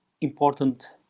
important